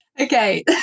Okay